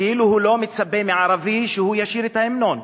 כאילו הוא לא מצפה מערבי שהוא ישיר את ההמנון,